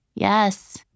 Yes